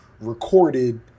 recorded